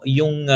yung